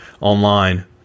online